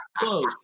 close